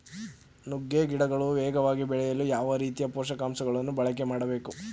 ನುಗ್ಗೆ ಗಿಡಗಳು ವೇಗವಾಗಿ ಬೆಳೆಯಲು ಯಾವ ರೀತಿಯ ಪೋಷಕಾಂಶಗಳನ್ನು ಬಳಕೆ ಮಾಡಬೇಕು?